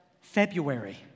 February